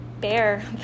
bear